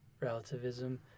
relativism